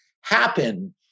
happen